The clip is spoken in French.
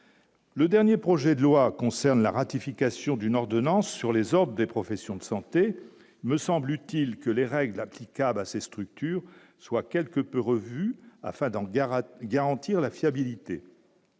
Le dernier projet de loi concerne la ratification d'une ordonnance sur les ordres des professions de santé, me semble-t-il, que les règles applicables à ces structures soient quelque peu revu afin d'gare à garantir la fiabilité.